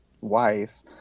wife